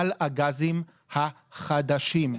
על הגזים החדשים.